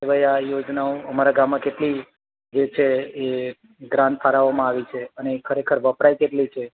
કે આ યોજનાઓ અમારા ગામમાં કેટલી જે છે એ ગ્રાન્ટ ફાળવવામાં આવેલી છે અને એ ખરેખર વપરાય કેટલી છે